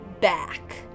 back